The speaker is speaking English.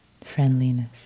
friendliness